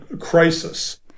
crisis